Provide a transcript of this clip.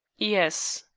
yes,